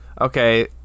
Okay